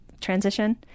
transition